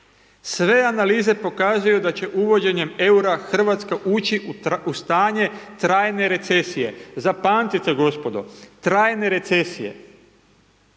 Sve analize pokazuju da će uvođenjem eura Hrvatska ući u stanje trajne recesije, zapamtite gospodo, trajne recesije.